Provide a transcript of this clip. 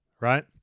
right